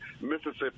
Mississippi